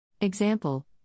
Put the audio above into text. Example